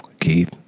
Keith